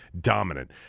dominant